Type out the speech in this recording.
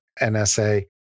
NSA